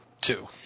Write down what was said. two